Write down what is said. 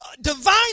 divine